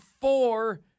four